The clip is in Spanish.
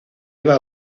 eva